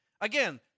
Again